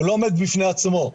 זה לא עומד בפני עצמו.